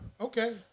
Okay